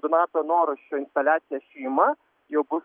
donato norasčio instaliacija šeima jau bus